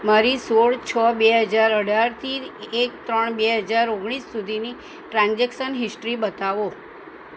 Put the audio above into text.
મારી સોળ છ બે હજાર અઢારથી એક ત્રણ બે હજાર ઓગણીસ સુધીની ટ્રાન્ઝેક્શન હિસ્ટ્રી બતાવો